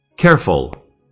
Careful